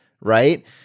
right